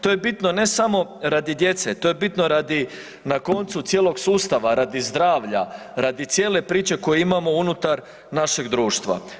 To je bitno, ne samo radi djece, to je bitno radi, na koncu cijelog sustava, radi zdravlja, radi cijele priče koju imamo unutar našeg društva.